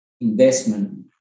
investment